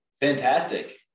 Fantastic